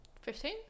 Fifteen